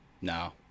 No